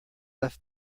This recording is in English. left